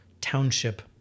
township